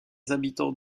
habitants